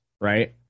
right